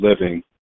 living